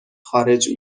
خارج